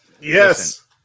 Yes